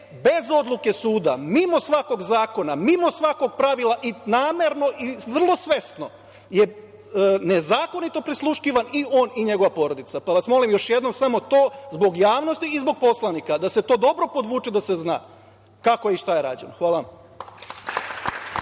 bez odluke suda, mimo svakog zakona, mimo svakog pravila i namerno i vrlo svesno je nezakonito prisluškivan i on i njegova porodica. Pa vas molim još jednom samo to, zbog javnosti i zbog poslanika, da se to dobro podvuče, da se zna kako je i šta je rađeno. Hvala.